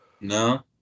No